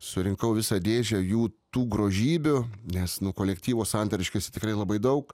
surinkau visą dėžę jų tų grožybių nes nu kolektyvo santariškėse tikrai labai daug